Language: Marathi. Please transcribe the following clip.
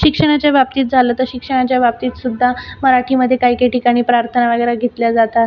शिक्षणाच्या बाबतीत झालं तर शिक्षणाच्या बाबतीतसुद्धा मराठीमध्ये काही काही ठिकाणी प्रार्थना वगैरे घेतल्या जातात